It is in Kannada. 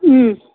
ಹ್ಞೂ